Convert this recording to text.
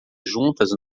juntas